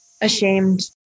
ashamed